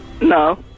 No